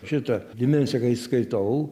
šitą dimensiją kai skaitau